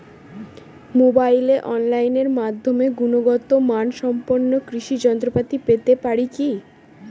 মোবাইলে অনলাইনের মাধ্যমে গুণগত মানসম্পন্ন কৃষি যন্ত্রপাতি পেতে পারি কি?